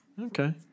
okay